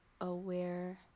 aware